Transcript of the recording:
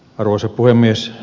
arvoisa puhemies